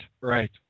right